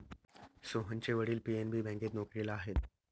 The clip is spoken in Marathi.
सोहनचे वडील पी.एन.बी बँकेत नोकरीला आहेत